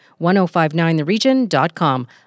1059theregion.com